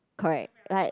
correct like